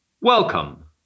Welcome